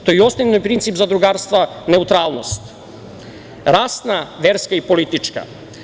To je i osnovni princip zadrugarstva, neutralnost, rasna, verska i politička.